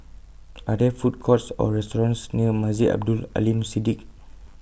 Are There Food Courts Or restaurants near Masjid Abdul Aleem Siddique